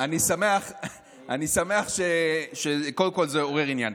אני שמח שקודם כול זה עורר עניין.